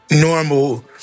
normal